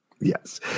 Yes